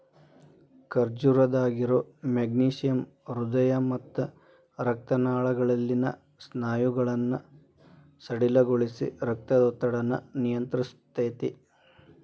ಖರ್ಜೂರದಾಗಿರೋ magnesium ಹೃದಯ ಮತ್ತ ರಕ್ತನಾಳಗಳಲ್ಲಿನ ಸ್ನಾಯುಗಳನ್ನ ಸಡಿಲಗೊಳಿಸಿ, ರಕ್ತದೊತ್ತಡನ ನಿಯಂತ್ರಸ್ತೆತಿ